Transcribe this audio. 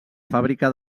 fàbrica